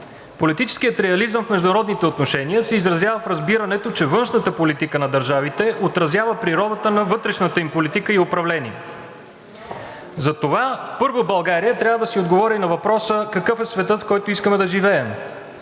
политическият реализъм в международните отношения се изразява в разбирането, че външната политика на държавите отразява природата на вътрешната им политика и управление. Затова, първо, България трябва да си отговори на въпроса: какъв е светът, в който искаме да живеем